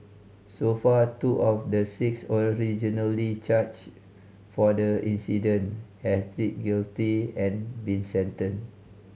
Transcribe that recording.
so far two of the six originally charged for the incident have pleaded guilty and been sentenced